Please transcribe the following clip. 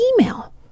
email